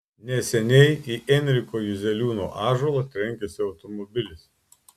neseniai į enriko juzeliūno ąžuolą trenkėsi automobilis